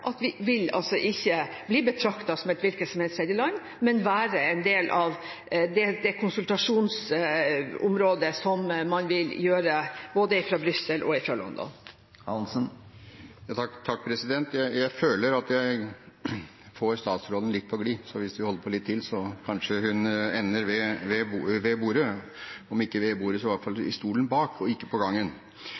at vi ikke vil bli behandlet som et hvilket som helst tredjeland, men være blant dem som blir konsultert – noe som vil skje både fra Brussel og fra London. Jeg føler at jeg får statsråden litt på gli, så hvis vi holder på litt til, så kanskje hun ender ved bordet – om ikke ved bordet, så i hvert fall i stolen bak, og ikke på gangen.